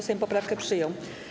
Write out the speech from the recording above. Sejm poprawkę przyjął.